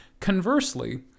Conversely